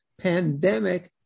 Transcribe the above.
pandemic